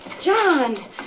John